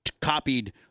Copied